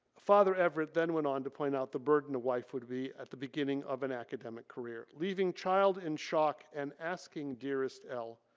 father everett went on to point out the burden the wife would be at the beginning of an academic career. leaving child in shock and asking dearest ell,